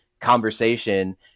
conversation